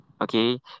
okay